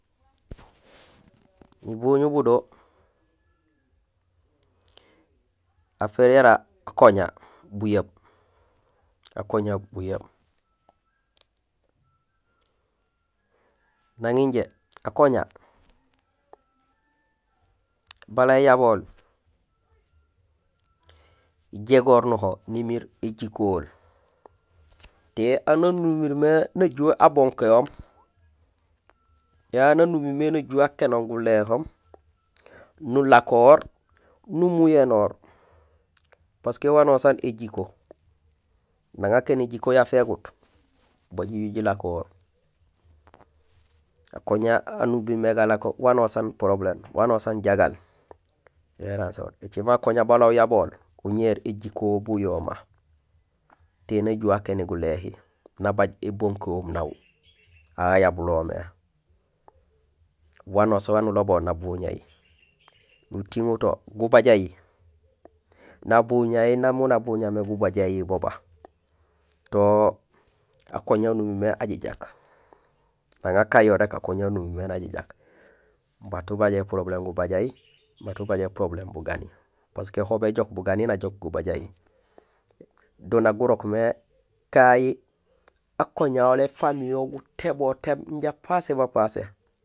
Uboñul budo affaire yara akoña bujeeb, akoña bujeeb. Nang injé akoña bala iyabol ijégoor nuho nimiir éjikohol téé aan haan umiir mé najuhé abonkéhoom, téé aan haan umirmé najuhé akénoom guléhoom, nulakoor, numuyénoor, parce que wanusaan éjiko. Nang akéén éjiko yafégut ba jiju jilakoor. Akoña haan ubilmé galako wanusaan problème, wanusaan jagaal, yo éranséhut. Ēcimé akoña bala uyabool, uñéér éjikohool bu jooma téé najuhé akéni guléhi, nabaaj ébonkéhum nawu, aw ha yabulool mé, wanusaan waan ulobol nabuñahi. Nutiŋul to gubajahi nabuñahil nang miin nabuñamé gubajahil baba, to akoña haan numimé najajaak, nang akanyo rék akoña haan umirmé najajaak. Baat ubaj épurobuléém gubajahi, baat ubay épuroboléém bugani parce que ho béjook bugani najook gubajhi. Do ja gurokmé kahi akoñahol éfamihol gutébotééb jaraam pasé